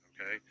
Okay